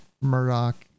Murdoch